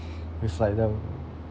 with like the